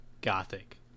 Gothic